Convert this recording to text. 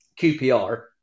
QPR